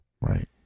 Right